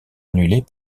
annulée